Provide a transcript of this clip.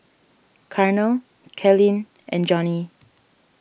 Carnell Kalyn and Johnie